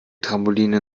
trampoline